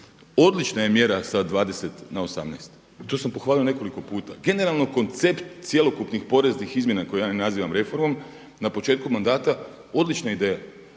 Odlična je mjera sa 20 na 18 i to sam pohvalio nekoliko puta. Generalno koncept cjelokupnih poreznih izmjena koje ja ne nazivam reformom na početku mandata odlična ideja,